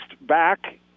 back